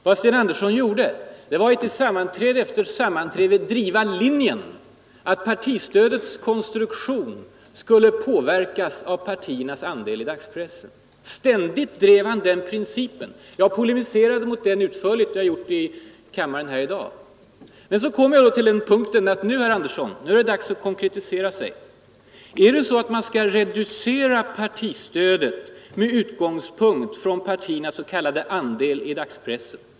Vad Sten Andersson gjorde var att på sammanträde efter sammanträde driva linjen att partistödets konstruktion skulle påverkas av partiernas andel i dagspressen. Ständigt drev han den principen. Jag polemiserade utförligt mot den, och jag har också gjort det i kammaren i dag. Men så kom vi till en punkt då jag ansåg att det var dags för herr Andersson att konkretisera sig. Skall partistödet reduceras med utgångspunkt i partiernas s.k. andel i dagspressen?